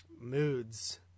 moods